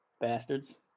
bastards